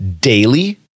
daily